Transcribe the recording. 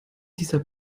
dieser